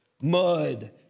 mud